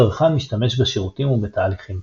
הצרכן משתמש בשירותים ובתהליכים.